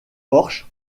porsche